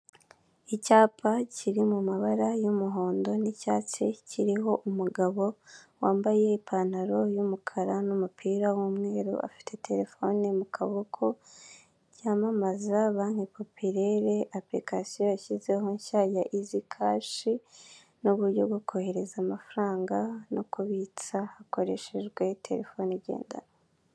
Icyapa kiri mu mabara y'umuhondo n'icyatsi kiriho umugabo wambaye ipantaro yumukara n'umupira w'umweru afite telefone mu kaboko, cyamamaza banki popilere apulikasiyo yashyizeho nshya ya izi kashi, n'uburyo bwo kohereza amafaranga, no kubitsa hakoreshejwe telefone igendanwa.